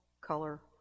color